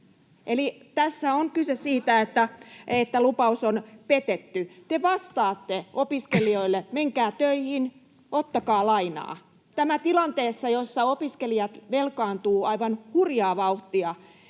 Eli tässä on kyse siitä, että lupaus on petetty. Te vastaatte opiskelijoille, että menkää töihin, ottakaa lainaa — tämä tilanteessa, jossa opiskelijat velkaantuvat aivan hurjaa vauhtia.